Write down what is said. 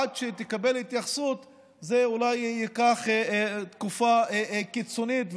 עד שתקבל התייחסות זה אולי ייקח תקופה קיצונית,